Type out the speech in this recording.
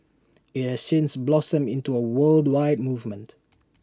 IT has since blossomed into A worldwide movement